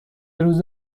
روز